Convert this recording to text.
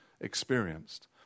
experienced